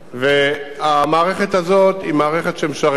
והמערכת הזאת היא מערכת שמשרתת.